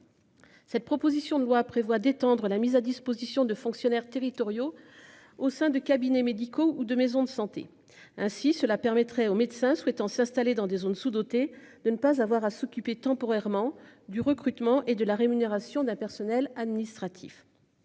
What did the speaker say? d'étendre le dispositif de mise à disposition des fonctionnaires territoriaux aux cabinets médicaux et aux maisons de santé. Cela permettrait aux médecins souhaitant s'installer dans une zone sous-dotée de ne pas avoir à s'occuper temporairement du recrutement et de la rémunération du personnel administratif.